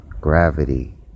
gravity